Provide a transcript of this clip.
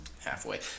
Halfway